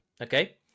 okay